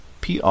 PR